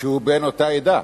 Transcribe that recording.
שהוא בן אותה עדה.